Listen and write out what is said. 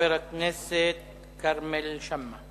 חבר הכנסת כרמל שאמה.